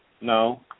No